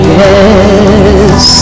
yes